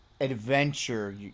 adventure